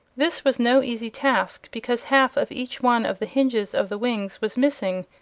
this was no easy task, because half of each one of the hinges of the wings was missing,